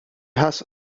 has